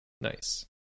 nice